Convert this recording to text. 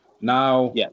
now